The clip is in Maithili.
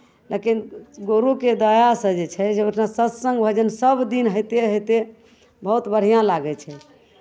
लेकिन गुरुके दयासँ जे छै जे ओहिठिना सत्सङ्ग भजन सभदिन होइते होइते बहुत बढ़िआँ लागै छै